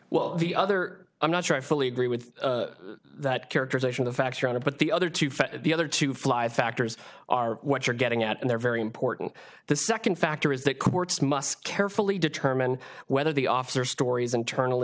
well the other i'm not sure i fully agree with that characterization the facts around it but the other two for the other two fly factors are what you're getting at and they're very important the second factor is that courts must carefully determine whether the officer stories internally